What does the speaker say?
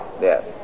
Yes